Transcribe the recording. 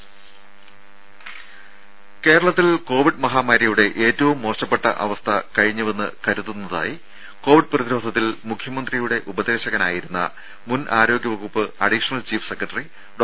രും കേരളത്തിൽ കൊവിഡ് മഹാമാരിയുടെ ഏറ്റവും മോശപ്പെട്ട അവസ്ഥ കഴിഞ്ഞുവെന്ന് കരുതുന്നതായി കൊവിഡ് പ്രതിരോധത്തിൽ മുഖ്യമന്ത്രിയുടെ ഉപദേശകനായിരുന്ന മുൻ ആരോഗ്യ വകുപ്പ് അഡീഷണൽ ചീഫ് സെക്രട്ടറി ഡോ